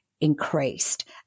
increased